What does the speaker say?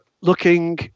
looking